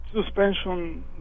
suspension